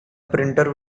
printer